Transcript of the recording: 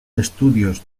estudios